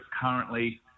currently